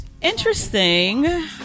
Interesting